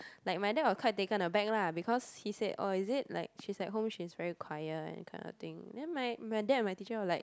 like my dad was quite taken a back lah because he said oh is it oh at home she's very quiet that kind of thing then my my dad my teacher were like